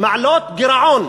מעלות גירעון,